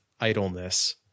idleness